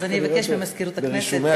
אז אני אבקש ממזכירות הכנסת,